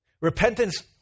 Repentance